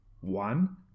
one